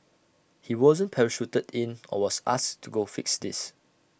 he wasn't parachuted in or was asked to go fix this